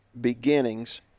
beginnings